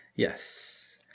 Yes